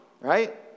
right